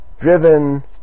driven